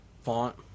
font